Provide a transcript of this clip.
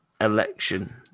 election